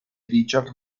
richard